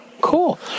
Cool